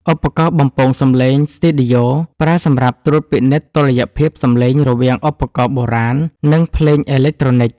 ឧបករណ៍បំពងសំឡេងស្ទីឌីយ៉ូ ប្រើសម្រាប់ត្រួតពិនិត្យតុល្យភាពសំឡេងរវាងឧបករណ៍បុរាណ និងភ្លេងអេឡិចត្រូនិក។